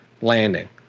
landing